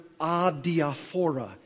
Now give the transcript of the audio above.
adiaphora